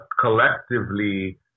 collectively